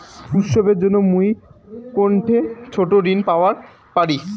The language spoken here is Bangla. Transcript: উৎসবের জন্য মুই কোনঠে ছোট ঋণ পাওয়া পারি?